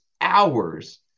hours